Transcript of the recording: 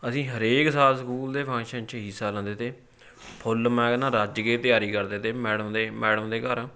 ਅਸੀਂ ਹਰੇਕ ਸਾਲ ਸਕੂਲ ਦੇ ਫੰਕਸ਼ਨ 'ਚ ਹਿੱਸਾ ਲੈਂਦੇ ਤੇ ਫੁੱਲ ਮੈਂ ਕਹਿੰਦਾ ਰੱਜ ਕੇ ਤਿਆਰੀ ਕਰਦੇ ਤੇ ਮੈਡਮ ਦੇ ਮੈਡਮ ਦੇ ਘਰ